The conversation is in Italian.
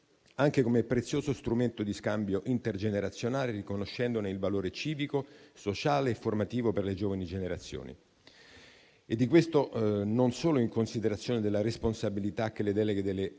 anche come prezioso strumento di scambio intergenerazionale, riconoscendone il valore civico, sociale e formativo per le giovani generazioni. Questo non solo in considerazione della responsabilità che le deleghe delle